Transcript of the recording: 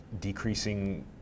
decreasing